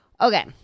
Okay